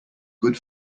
good